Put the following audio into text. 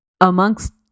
amongst